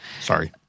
sorry